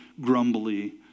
grumbly